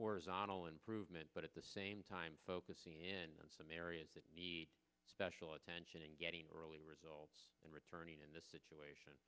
horizontal improvement but at the same time focusing in on some areas that need special attention and getting early results and returning in this situation